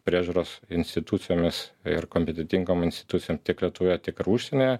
priežiūros institucijomis ir kompetentingom institucijom tiek lietuvoje tiek ir užsienyje